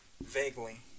Vaguely